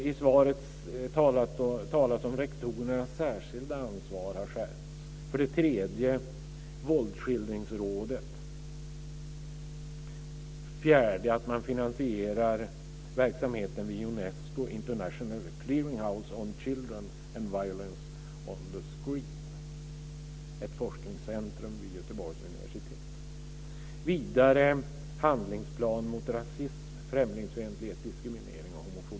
I svaret talas det också om att rektorernas särskilda ansvar har skärpts. Våldsskildringsrådet nämns också, liksom att man finansierar verksamheten vid UNESCO International Clearinghouse on Children and Violence on the Screen - ett forskningscentrum vid Göteborgs universitet. Vidare gäller det en handlingsplan mot rasism, främlingsfientlighet, diskriminering och homofobi.